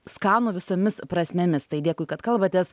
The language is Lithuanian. skanų visomis prasmėmis tai dėkui kad kalbatės